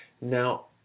Now